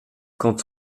quand